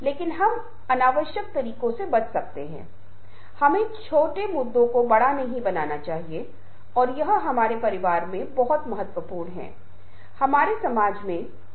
मैं आपके साथ उन महत्वपूर्ण सॉफ्ट स्किल्स को साझा करूंगा जो विभिन्न स्थानों पर काम के संदर्भ में बहुत प्रासंगिक के रूप में सूचीबद्ध थीं और हमें यह पता लगाने दें कि हमने क्या किया है और हमने क्या कवर नहीं किया है